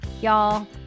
Y'all